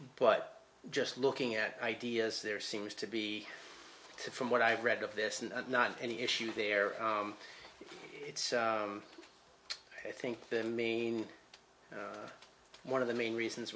but just looking at ideas there seems to be from what i've read of this and not any issue there it's i think the main one of the main reasons